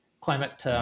climate